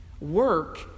work